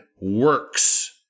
works